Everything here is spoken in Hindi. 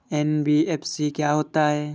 एन.बी.एफ.सी क्या होता है?